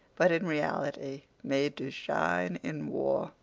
but, in reality, made to shine in war.